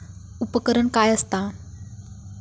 उपकरण काय असता?